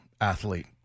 athlete